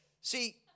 See